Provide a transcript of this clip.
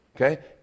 okay